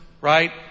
right